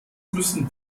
müssen